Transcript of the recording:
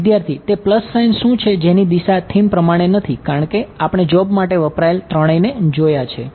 વિદ્યાર્થી તે સાઇન શું છે જેની દિશા થીમ પ્રમાણે નથી કારણ કે આપણે જોબ માટે વપરાયેલા ત્રણને જોયા છે